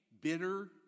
bitter